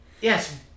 Yes